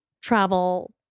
travel